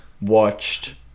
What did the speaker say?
watched